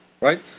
right